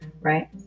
Right